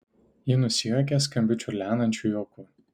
ji nusijuokė skambiu čiurlenančiu juoku